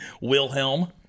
Wilhelm